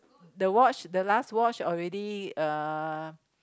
the watch the last watch already uh